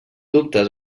dubtes